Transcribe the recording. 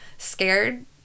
Scared